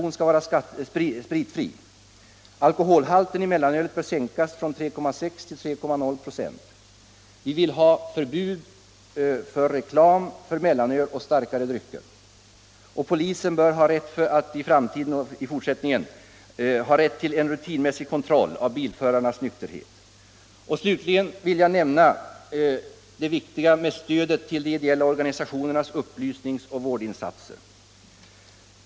Alkoholhalten i mellanölet bör sänkas från 3,6 till 3,0 ".. Vi vill ha förbud för reklam för mellanöl och starkare drycker. Polisen bör få rätt till rutinmässig kontroll av bilförares nykterhet. Slutligen vill jag nämna stödet till de ideella organisationernas upplysnings och vårdinsatser.